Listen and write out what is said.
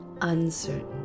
uncertain